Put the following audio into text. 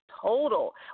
total